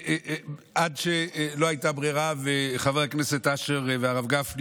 עד שלא הייתה ברירה וחברי הכנסת אשר והרב גפני